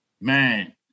Man